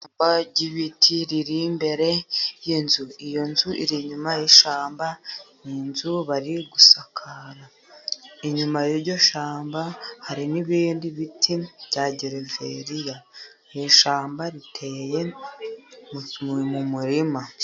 Ishyamba ry'ibiti riri imbere y'inzu, iyo nzu iri inyuma y'ishyamba, n'inzu bari gusakara, inyuma y'iryo shyamba hari n'ibindi biti bya geveriya n'ishyamba riteye mu murima.